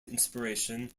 inspiration